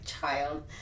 child